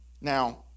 Now